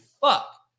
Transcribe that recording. fuck